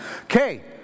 Okay